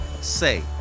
Say